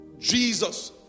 Jesus